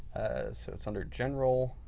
so, it's under general